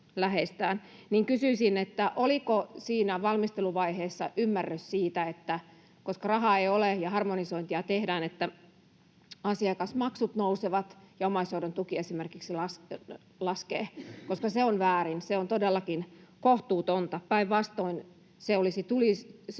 Kysyisin, oliko valmisteluvaiheessa ymmärrys siitä, että koska rahaa ei ole ja harmonisointia tehdään, niin asiakasmaksut nousevat ja esimerkiksi omaishoidon tuki laskee, koska se on väärin, se on todellakin kohtuutonta. Päinvastoin, se olisi pitänyt